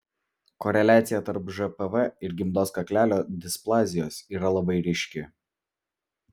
koreliacija tarp žpv ir gimdos kaklelio displazijos yra labai ryški